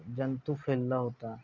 जंतू फैलला होता